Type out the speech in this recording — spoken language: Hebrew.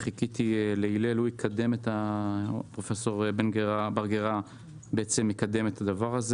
חיכיתי לפרופ' בר גרא, והוא יקדם את זה.